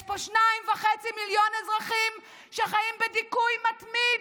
יש פה שניים וחצי מיליון אזרחים שחיים בדיכוי מתמיד.